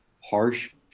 harsh